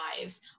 lives